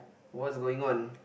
what's going on